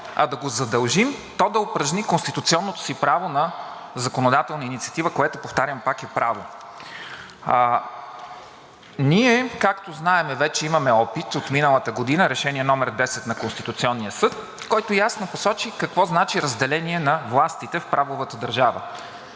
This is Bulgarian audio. а да го задължим то да упражни конституционното си право на законодателна инициатива, което, повтарям, пак е право. Ние, както знаем, вече имаме опит от миналата година, от Решение № 10 на Конституционния съд, който ясно посочи какво значи разделение на властите в правовата държава.